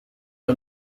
aho